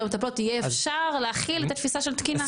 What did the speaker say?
מטפלות יהיה אפשר להכיל את התפיסה של תקינה,